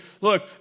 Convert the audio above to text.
look